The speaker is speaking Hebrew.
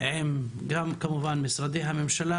עם משרדי הממשלה